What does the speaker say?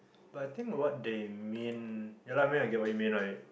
but I think what they mean yeah lah I mean I get what you mean right